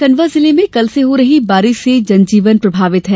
खंडवा जिले में कल से हो रही बारिश से जनजीवन प्रभावित हुआ है